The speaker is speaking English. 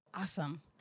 Awesome